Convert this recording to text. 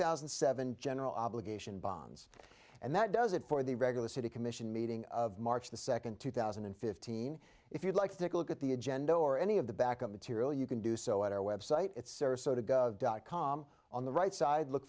thousand and seven general obligation bonds and that does it for the regular city commission meeting of march the second two thousand and fifteen if you'd like to take a look at the agenda or any of the backup material you can do so at our web site at sarasota dot com on the right side look